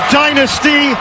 dynasty